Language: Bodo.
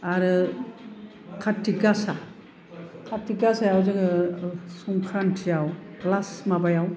आरो काटि गासा काटि गासायाव जोङो संक्रान्टिआव लास्त माबायाव